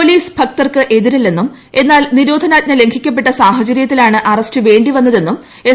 police ഭക്തർക്ക് എതിരല്ലെന്നും എന്നാൽ നിരോധനാജ്ഞ ലംഘിക്കപ്പെട്ട സാഹചര്യത്തിലാണ് അറസ്റ്റ് വേണ്ടിവന്നതെന്നും എസ്